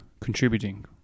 contributing